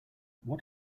what